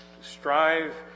Strive